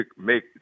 make